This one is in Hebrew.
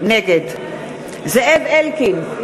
נגד זאב אלקין,